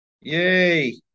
yay